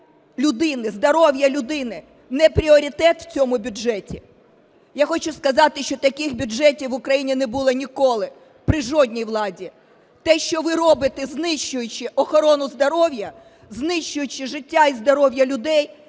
людини, здоров'я людини не пріоритет в цьому бюджеті? Я хочу сказати, що таких бюджетів в Україні не було ніколи, при жодній владі. Те, що ви робите, знищуючи охорону здоров'я, знищуючи життя і здоров'я людей,